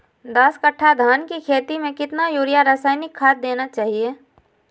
दस कट्टा धान की खेती में कितना यूरिया रासायनिक खाद देना चाहिए?